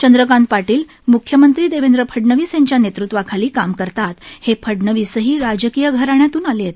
चंद्रकांत पाटील म्ख्यमंत्री देवेंद्र फडनवीस यांच्या नेतृत्वाखाली काम करतात हे फडनवीसही राजकीय घराण्यातून आले आहेत